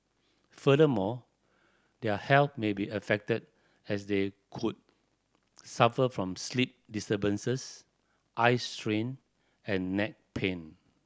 furthermore their health may be affected as they could suffer from sleep disturbances eye strain and neck pain